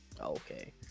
okay